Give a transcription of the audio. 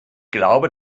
glaube